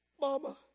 Mama